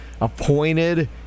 appointed